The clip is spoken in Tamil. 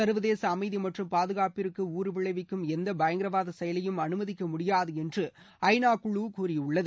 சர்வதேச அமைதி மற்றும் பாதுகாப்பிற்கு பங்கம் விளைவிக்கும் எந்த பயங்கரவாத செயலையும் அனுமதிக்க முடியாது என்று ஐநா குழு கூறியுள்ளது